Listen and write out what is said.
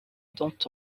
dont